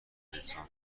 انسان